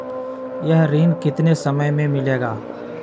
यह ऋण कितने समय मे मिलेगा?